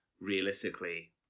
realistically